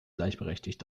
gleichberechtigt